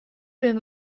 den